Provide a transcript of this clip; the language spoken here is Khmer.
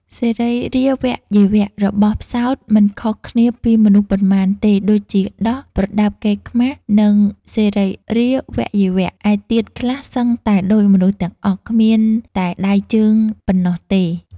សរីរាវៈយវៈរបស់ផ្សោត មិនខុសគ្នាពីមនុស្សប៉ុន្មានទេដូចជា ដោះ, ប្រដាប់កេរខ្មាស និងសរីរាវៈយវៈឯទៀតខ្លះសឹងតែដូចមនុស្សទាំងអស់ គ្មានតែដៃជើងប៉ុណ្ណោះទេ ។